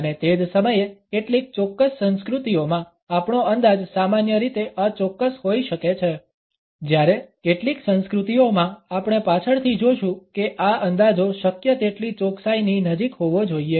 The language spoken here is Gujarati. અને તે જ સમયે કેટલીક ચોક્કસ સંસ્કૃતિઓમાં આપણો અંદાજ સામાન્ય રીતે અચોક્કસ હોઇ શકે છે જ્યારે કેટલીક સંસ્કૃતિઓમાં આપણે પાછળથી જોશું કે આ અંદાજો શક્ય તેટલી ચોકસાઇની નજીક હોવો જોઈએ